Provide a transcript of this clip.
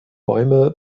bäume